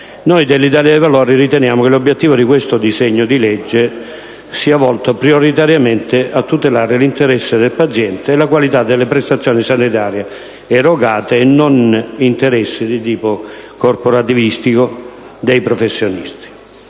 noi dell'Italia dei Valori riteniamo che l'obiettivo di questo disegno di legge sia volto prioritariamente a tutelare l'interesse del paziente e la qualità delle prestazioni sanitarie erogate e non interessi di tipo corporativistico dei professionisti.